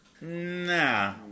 Nah